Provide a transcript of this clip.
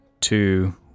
two